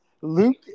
Luke